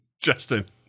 Justin